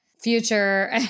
future